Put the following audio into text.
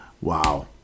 Wow